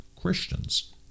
Christians